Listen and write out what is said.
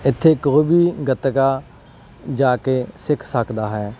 ਇੱਥੇ ਕੋਈ ਵੀ ਗਤਕਾ ਜਾ ਕੇ ਸਿੱਖ ਸਕਦਾ ਹੈ